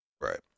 Right